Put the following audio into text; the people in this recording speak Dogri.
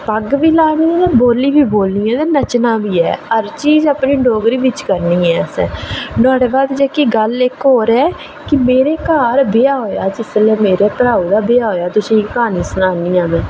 पग्ग बी लानी ते बोल्ली बी बोलनी ते नच्चना बी ऐ हर चीज अपनी डोगरी बिच करनी ऐ असें नुहाड़े बाद जेह्की इक गल्ल होर ऐ असें ते मेरे घर ब्याह् होएआ जिसलै मेरे भ्राऊ दा ब्याह् होएआ जिसलै में तुसें गी क्हानी सनान्नी आं